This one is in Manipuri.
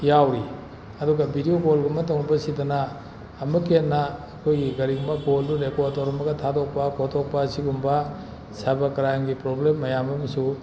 ꯌꯥꯎꯔꯤ ꯑꯗꯨꯒ ꯕꯤꯗꯤꯑꯣ ꯀꯣꯜꯒꯨꯝꯕ ꯇꯧꯕꯁꯤꯗꯅ ꯑꯃꯨꯛꯀ ꯍꯦꯟꯅ ꯑꯩꯈꯣꯏꯒꯤ ꯀꯔꯤꯒꯨꯝꯕ ꯀꯣꯜꯗꯨ ꯔꯦꯀꯣꯔꯗ ꯇꯧꯔꯝꯃꯒ ꯊꯥꯗꯣꯛꯄ ꯈꯣꯇꯣꯛꯄ ꯁꯤꯒꯨꯝꯕ ꯁꯥꯏꯕꯔ ꯀ꯭ꯔꯥꯏꯝꯒꯤ ꯄ꯭ꯔꯣꯕ꯭ꯂꯦꯝ ꯃꯌꯥꯝ ꯑꯃꯁꯨ